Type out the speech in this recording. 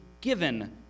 given